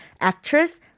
actress